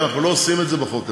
ואנחנו לא עושים את זה בחוק הזה.